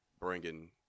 bringing